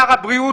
שר הבריאות,